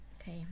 Okay